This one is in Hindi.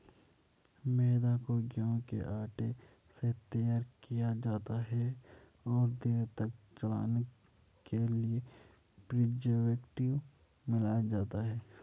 मैदा को गेंहूँ के आटे से तैयार किया जाता है और देर तक चलने के लिए प्रीजर्वेटिव मिलाया जाता है